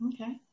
okay